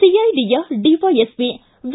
ಸಿಐಡಿಯ DySP V